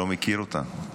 הוא הש"סניק המקורי,